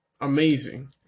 amazing